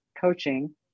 coaching